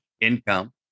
income